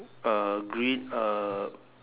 uh green uh